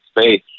space